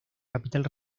capital